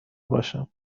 باشم